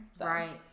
Right